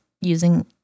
using